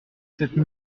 cette